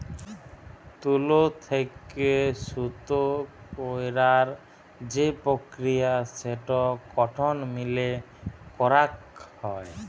তুলো থেক্যে সুতো কইরার যে প্রক্রিয়া সেটো কটন মিলে করাক হয়